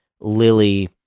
Lily